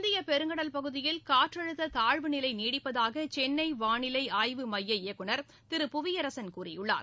இந்திய பெருங்கடல் பகுதியில் காற்றழுத்த தாழ்வு நிலை நீடிப்பதாக சென்னை வானிலை ஆய்வு மைய இயக்குநர் திரு புவியரசன் கூறியுள்ளார்